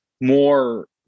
more